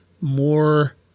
more